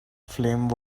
flame